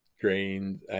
grains